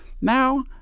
now